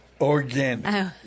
Organic